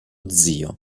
zio